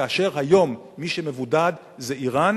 כאשר היום מי שמבודד זה אירן,